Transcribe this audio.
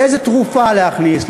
איזו תרופה להכניס,